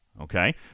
okay